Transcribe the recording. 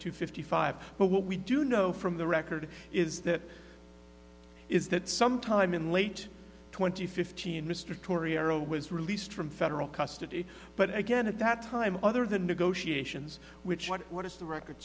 two fifty five but what we do know from the record is that is that sometime in late twenty fifteen mr torrey arrow was released from federal custody but again at that time other than negotiations which what is the record